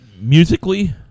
Musically